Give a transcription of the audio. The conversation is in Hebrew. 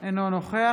אינו נוכח